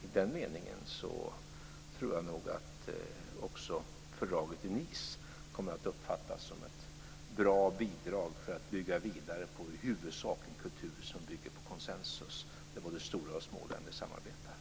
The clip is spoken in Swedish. I den meningen tror jag nog att också fördraget i Nice kommer att uppfattas som ett bra bidrag för att bygga vidare på i huvudsak en kultur som bygger på konsensus där både stora och små länder samarbetar.